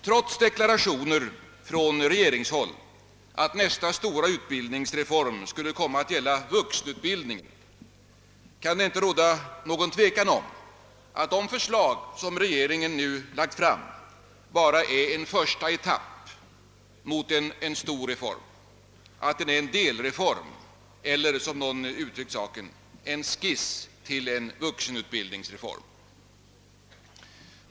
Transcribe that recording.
Trots deklarationer från regeringshåll att nästa stora utbildningsreform skulle gälla vuxenutbildningen kan det inte råda något tvivel om att de förslag som regeringen nu har lagt fram bara är en första etapp på vägen mot en stor reform, att den är en delreform eller — som någon uttryckt det — en skiss till en vuxenutbildningsreform.